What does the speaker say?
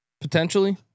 potentially